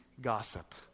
gossip